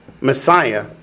Messiah